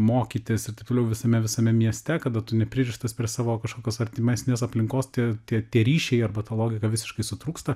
mokytis ir taip toliau visame visame mieste kada tu nepririštas prie savo kažkokios artimesnės aplinkos tie tie tie ryšiai arba ta logika visiškai sutrūksta